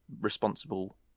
responsible